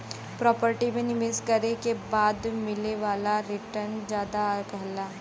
property में निवेश करे के बाद मिले वाला रीटर्न जादा रहला